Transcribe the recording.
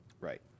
Right